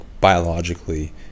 biologically